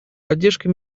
поддержка